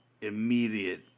immediate